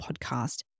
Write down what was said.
podcast